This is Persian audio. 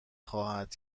خواهد